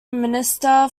minister